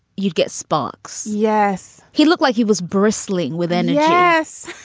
you'd get spox. yes. he looked like he was bristling within. yes.